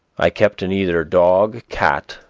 i kept neither dog, cat,